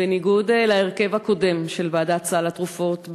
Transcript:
בניגוד להרכב הקודם של ועדת סל התרופות,